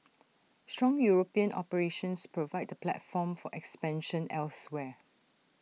strong european operations provide the platform for expansion elsewhere